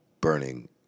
burning